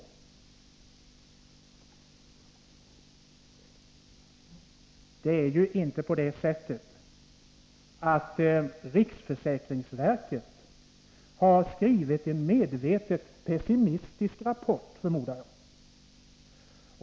Jag förmodar att det inte är på det sättet att riksförsäkringsverket har skrivit en medvetet pessimistisk rapport.